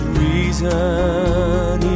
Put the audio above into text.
reason